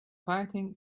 fighting